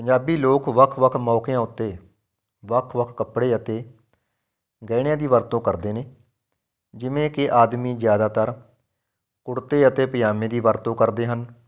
ਪੰਜਾਬੀ ਲੋਕ ਵੱਖ ਵੱਖ ਮੌਕਿਆਂ ਉੱਤੇ ਵੱਖ ਵੱਖ ਕੱਪੜੇ ਅਤੇ ਗਹਿਣਿਆਂ ਦੀ ਵਰਤੋਂ ਕਰਦੇ ਨੇ ਜਿਵੇਂ ਕਿ ਆਦਮੀ ਜ਼ਿਆਦਾਤਰ ਕੁੜਤੇ ਅਤੇ ਪਜ਼ਾਮੇ ਦੀ ਵਰਤੋਂ ਕਰਦੇ ਹਨ